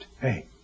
hey